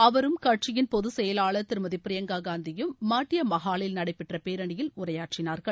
அவரும் கட்சியின் பொதுக்செயலாளா் திருமதி ப்ரிபங்கா காந்தியும் மாட்டியா மஹாலில் நடைபெற்ற பேரணியில் உரையாற்றினார்கள்